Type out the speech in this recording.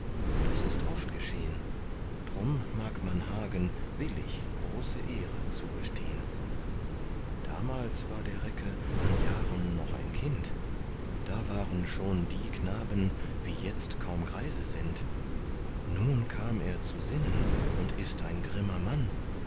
das ist oft geschehn drum mag man hagen billig große ehre zugestehn damals war der recke an jahren noch ein kind da waren schon die knaben wie jetzt kaum greise sind nun kam er zu sinnen und ist ein grimmer mann